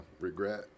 regret